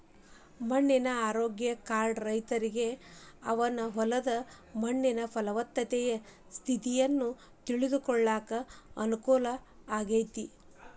ಮಣ್ಣಿನ ಆರೋಗ್ಯ ಕಾರ್ಡ್ ರೈತನಿಗೆ ಅವನ ಹೊಲದ ಮಣ್ಣಿನ ಪಲವತ್ತತೆ ಸ್ಥಿತಿಯನ್ನ ತಿಳ್ಕೋಳಾಕ ಅನುಕೂಲ ಆಗೇತಿ